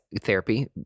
therapy